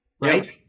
right